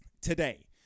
today